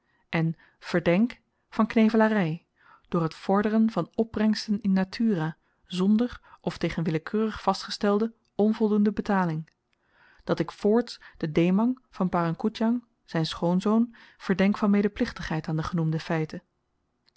en verdenk van knevelary door het vorderen van opbrengsten in naturâ zonder of tegen willekeurig vastgestelde onvoldoende betaling dat ik voorts den dhemang van parang koedjang zyn schoonzoon verdenk van medeplichtigheid aan de genoemde feiten